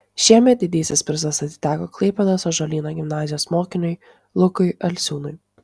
šiemet didysis prizas atiteko klaipėdos ąžuolyno gimnazijos mokiniui lukui alsiui